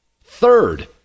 Third